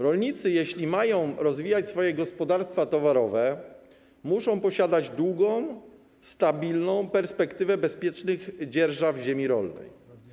Rolnicy, jeśli mają rozwijać swoje gospodarstwa towarowe, muszą posiadać długą, stabilną perspektywę bezpiecznych dzierżaw ziemi rolnych.